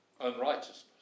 unrighteousness